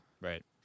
Right